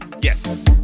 Yes